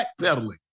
backpedaling